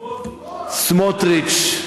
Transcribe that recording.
סמוֹטריץ.